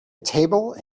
table